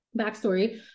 backstory